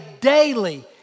daily